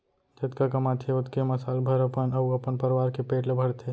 जतका कमाथे ओतके म साल भर अपन अउ अपन परवार के पेट ल भरथे